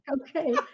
Okay